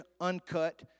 uncut